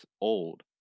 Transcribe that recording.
old